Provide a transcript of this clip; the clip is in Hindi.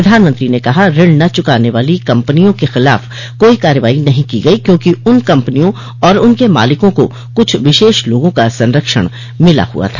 प्रधानमंत्री ने कहा ऋण न चुकाने वाली कम्पनियों के खिलाफ कोई कार्रवाई नहीं की गई क्योंकि उन कम्पनियों और उनके मालिकों को कुछ विशेष लोगों का संरक्षण मिला हुआ था